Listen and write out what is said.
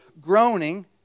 groaning